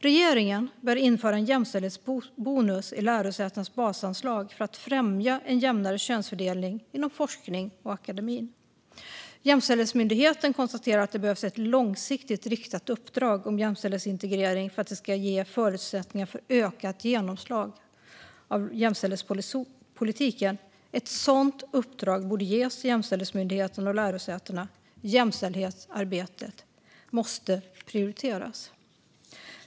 Regeringen bör införa en jämställdhetsbonus i lärosätenas basanslag för att främja en jämnare könsfördelning inom forskning och akademi. Jämställdhetsmyndigheten konstaterar att det behövs ett långsiktigt riktat uppdrag om jämställdhetsintegrering för att ge förutsättningar för ökat genomslag av jämställdhetspolitiken. Ett sådant uppdrag borde ges till Jämställdhetsmyndigheten och lärosätena. Jämställdhetsarbetet måste prioriteras.